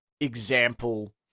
example